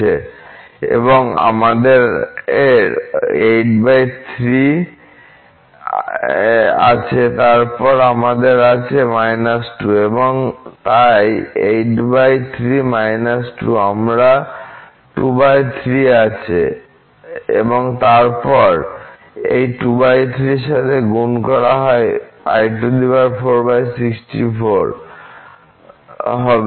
এখানে আমাদের 83 আছে তারপর আমাদের আছে 2 তাই 83 2 আমরা 23 আছে এবং তারপর এই 23 সাথে গুণ করা π464 হবে